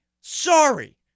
Sorry